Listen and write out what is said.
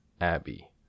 Abbey